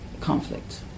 conflict